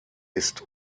ist